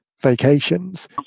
vacations